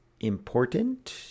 important